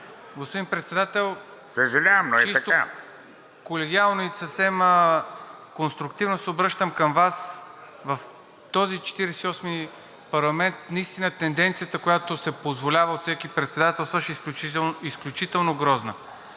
Господин Председател, чисто колегиално и съвсем конструктивно се обръщам към Вас. В този Четиридесет и осми парламент наистина тенденцията, която се позволява от всеки председателстващ, е изключително грозна